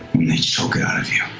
when they choke it out of you. i